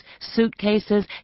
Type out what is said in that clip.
suitcases